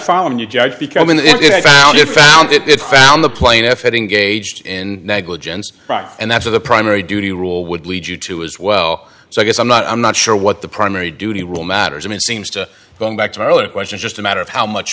following you judge becoming if i get found it found the plaintiff had engaged in negligence and that's the primary duty rule would lead you to as well so i guess i'm not i'm not sure what the primary duty role matters and it seems to go back to my earlier question just a matter of how much